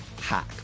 hack